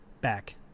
back